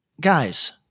guys